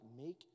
make